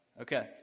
Okay